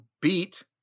beat